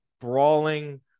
brawling